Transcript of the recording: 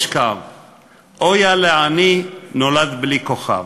משכב,/ אויה לאיש עני/ נולד בלי כוכב!"